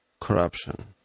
corruption